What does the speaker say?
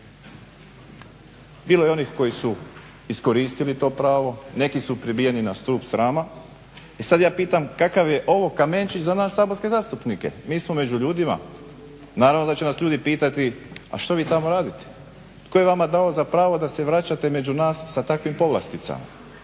Bilo je onih koji su iskoristili to pravo, neki su pribijeni na stup srama. E sad ja pitam kakav je ovo kamenčić za nas saborske zastupnike? Mi smo među ljudima, naravno da će nas ljudi pitati, a što vi tamo radite? Tko je vama dao za pravo da se vraćate među nas sa takvim povlasticama?